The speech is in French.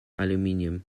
aluminium